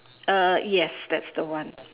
uh yes that's the one